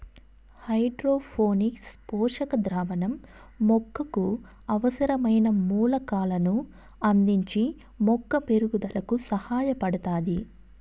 hydroponics పోషక ద్రావణం మొక్కకు అవసరమైన మూలకాలను అందించి మొక్క పెరుగుదలకు సహాయపడుతాది